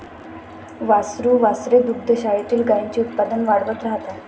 वासरू वासरे दुग्धशाळेतील गाईंचे उत्पादन वाढवत राहतात